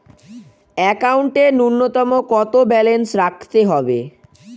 একাউন্টে নূন্যতম কত ব্যালেন্স রাখতে হবে?